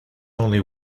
only